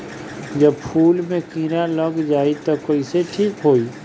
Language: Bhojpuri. जब फूल मे किरा लग जाई त कइसे ठिक होई?